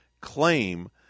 claim